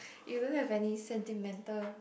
you don't have any sentimental